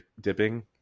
dipping